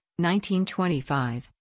1925